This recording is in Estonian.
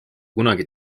kunagi